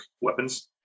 weapons